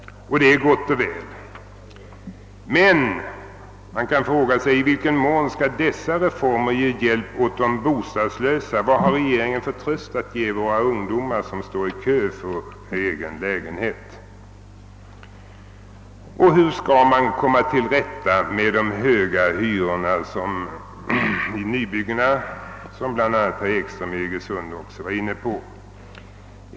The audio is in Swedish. Detta är gott och väl. Men man kan fråga sig i vilken mån dessa reformer skall ge hjälp åt de bostadslösa. Vad har regeringen för tröst att ge våra ungdomar som står i kö för att få en egen lägenhet? Hur man skall komma till rätta med de höga hyrorna i nybyggena var en fråga som även herr Ekström i Iggesund var inne på.